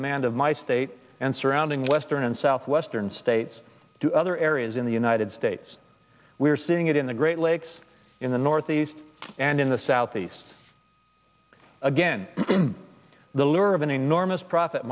demand of my state and surrounding western and southwestern states to other areas in the united states we're seeing it in the great lakes in the northeast and in the southeast again the lure of an enormous profit